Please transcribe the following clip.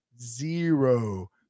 zero